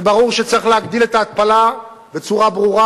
זה ברור שצריך להרחיב את ההתפלה בצורה ברורה.